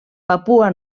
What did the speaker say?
papua